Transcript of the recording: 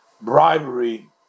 bribery